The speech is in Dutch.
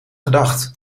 gedacht